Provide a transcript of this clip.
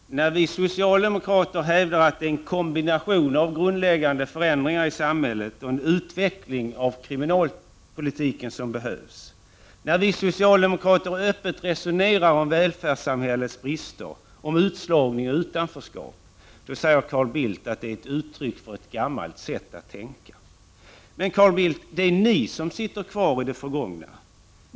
Herr talman! När vi socialdemokrater hävdar att det är en kombination av grundläggande förändringar i samhället och en utveckling av kriminalpolitiken som behövs, när vi socialdemokrater öppet resonerar om välfärdssamhällets brister och om utslagning och utanförstående, då säger Carl Bildt att detta är uttryck för ett gammalt sätt att tänka! Men, Carl Bildt, det är ni som sitter kvar i det förgångna!